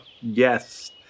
Yes